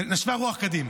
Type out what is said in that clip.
נשבה רוח קדים.